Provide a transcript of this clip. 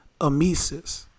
Amesis